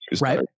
right